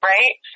Right